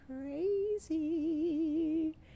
crazy